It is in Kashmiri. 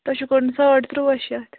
تۄہہِ چھُو کَڈُن ساڑ تُرٛواہ شَتھ